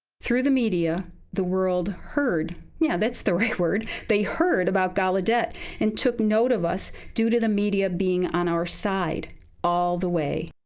through the media, the world heard yeah, that's the right word they heard about gallaudet and took note of us due to the media being on our side all theway.